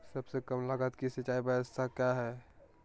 सबसे कम लगत की सिंचाई ब्यास्ता क्या है?